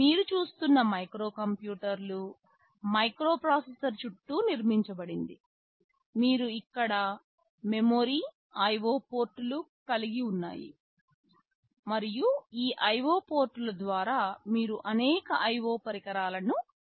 మీరు చూస్తున్నా microcomputer microprocessor చుట్టూ నిర్మించబడింది మీరు ఇక్కడ మెమరీ IO పోర్టులు కలిగి ఉన్నారు మరియు ఈ IO పోర్టుల ద్వారా మీరు అనేక IO పరికరాలను ఇంటర్ఫేస్ చేయవచ్చు